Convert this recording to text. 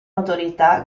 notorietà